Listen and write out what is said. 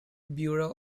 bureau